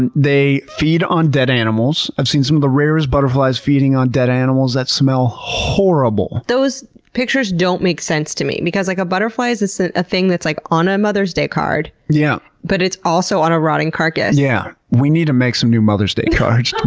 and they feed on dead animals. i've seen some of the rarest butterflies butterflies feeding on dead animals that smell horrible. those pictures don't make sense to me, because like butterflies, it's ah a thing that's like on a mother's day card, yeah but it's also on a rotting carcass. yeah. we need to make some new mother's day cards. um